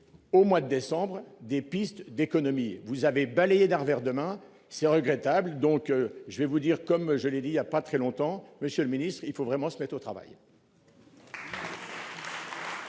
Au mois de décembre des pistes d'économies. Vous avez balayé d'art vers demain. C'est regrettable. Donc je vais vous dire comme je l'ai dit il y a pas très longtemps. Monsieur le ministre, il faut vraiment se mettre au travail.